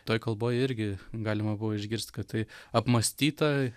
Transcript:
toj kalboj irgi galima buvo išgirst kad tai apmąstyta